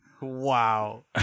Wow